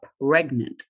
pregnant